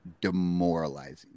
demoralizing